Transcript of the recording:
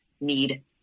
need